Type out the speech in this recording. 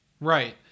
Right